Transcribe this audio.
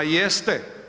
Jeste.